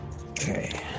Okay